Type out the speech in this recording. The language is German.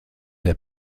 der